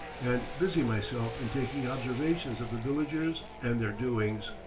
and busy myself in taking observations of the villagers and their doings.